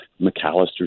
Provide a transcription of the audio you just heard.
McAllister